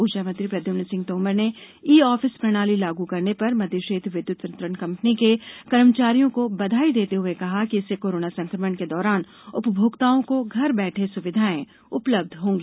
ऊर्जा मंत्री प्रद्यम्न सिंह तोमर ने ई ऑफिस प्रणाली लागू करने पर मध्य क्षेत्र विद्युत वितरण कंपनी के कर्मचारियों को बधाई देते हुए कहा कि इससे कोरोना संक्रमण के दौरान उपभोक्ताओं को घर बैठे स्विधाएं उपलब्ध होंगी